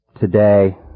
today